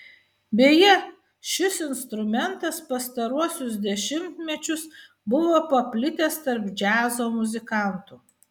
beje šis instrumentas pastaruosius dešimtmečius buvo paplitęs tarp džiazo muzikantų